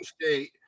State